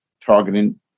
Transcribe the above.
targeting